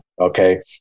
Okay